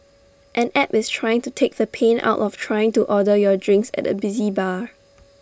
an app is trying to take the pain out of trying to order your drinks at A busy bar